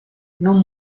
non